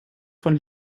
von